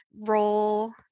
role